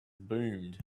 boomed